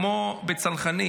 כמו בצנחנים,